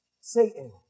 Satan